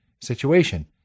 situation